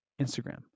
Instagram